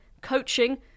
coaching